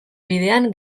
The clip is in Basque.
bidean